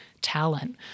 talent